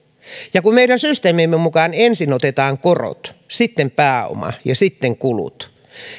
ja kun meidän systeemimme mukaan ensin otetaan korot sitten pääoma ja sitten kulut